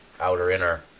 outer-inner